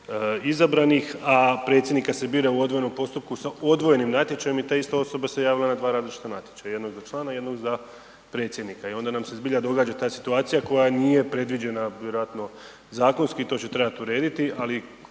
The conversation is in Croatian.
izabranih a predsjednika se bira u odvojenim natječajima i ta ista osoba se javila na dva različita natječaja, jedno je za člana, jedno je za predsjednika i onda nam se zbilja događa ta situacija koja nije predviđena vjerojatno zakonski, to će trebat urediti ali